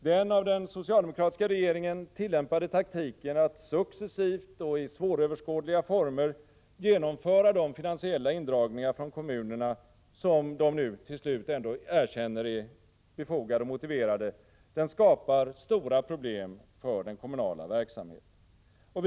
Den av den socialdemokratiska regeringen tillämpade taktiken att successivt och i svåröverskådliga former genomföra de finansiella indragningar från kommunerna som de nu till slut ändå erkänner är befogade och motiverade skapar stora problem för den kommunala verksamheten.